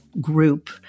group